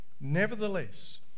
Nevertheless